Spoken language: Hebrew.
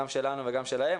גם שלנו וגם שלהם,